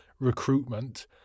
Recruitment